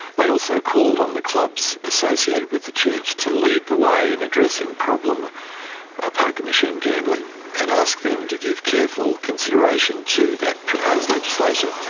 they also called on the clubs associated with the church to lead the way in addressing problem ah poker machine gambling and asked them to give careful consideration to that proposed legislation.